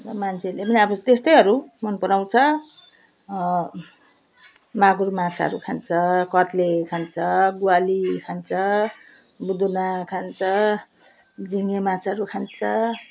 र मान्छेले पनि अब त्यस्तैहरू मनपराउँछ मागुर माछाहरू खान्छ कत्ले खान्छ ग्वाली खान्छ बुदुना खान्छ झिँगे माछाहरू खान्छ